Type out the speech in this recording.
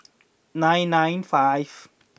nine nine five